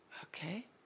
Okay